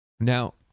Now